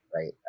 right